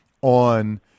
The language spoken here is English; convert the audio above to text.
on